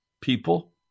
people